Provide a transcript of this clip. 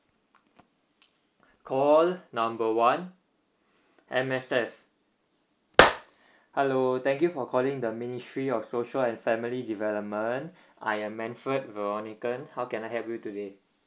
call number one M_S_F hello thank you for calling the ministry of social and family development I am manfred veronican how can I help you today